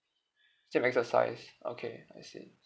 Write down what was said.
same exercise okay I see